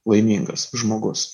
laimingas žmogus